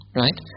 right